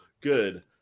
Good